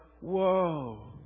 Whoa